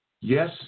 Yes